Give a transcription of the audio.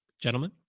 gentlemen